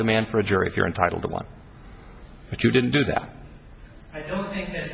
demand for a jury if you're entitled to one but you didn't do that i don't think th